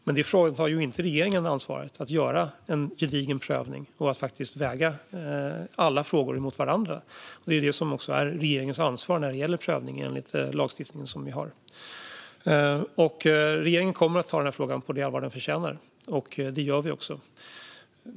Men det fråntar inte regeringen ansvaret att göra en gedigen prövning och att faktiskt väga alla frågor mot varandra. Det är också det som är regeringens ansvar när det gäller prövning enligt den lagstiftning som vi har. Regeringen kommer att ta denna fråga på det allvar som den förtjänar. Det gör vi också.